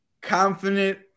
confident